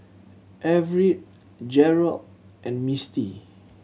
Everette Jerold and Mistie